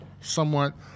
somewhat